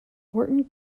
wharton